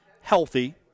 healthy